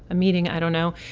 a meeting, i don't know.